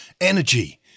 energy